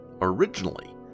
originally